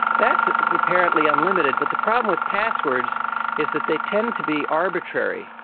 that's apparently unlimited. but the problem with passwords is that they tend to be arbitrary.